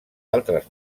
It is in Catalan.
altres